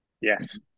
Yes